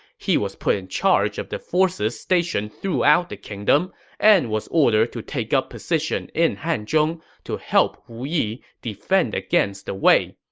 he was put in charge of the forces stationed throughout the kingdom and was ordered to take up position in hanzhong to help wu yi defend against the wei.